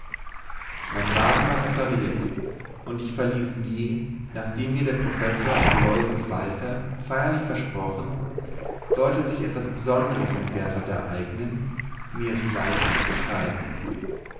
mein wagen war repariert und ich verließ g nachdem mir der professor aloysius walther feierlich versprochen sollte sich etwas besonderes mit berthold ereignen mir es gleich zu schreiben